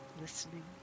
listening